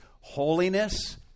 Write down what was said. holiness